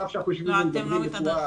על אף שאנחנו יושבים ומדברים בצורה